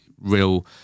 real